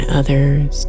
others